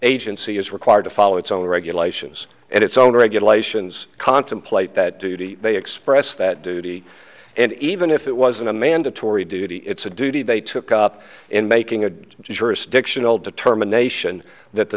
agency is required to follow its own regulations and its own regulations contemplate that duty they express that duty and even if it was a mandatory duty it's a duty they took up in making a jurisdictional determination that the